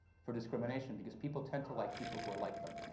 for discrimination. because people tend to like people who are like them.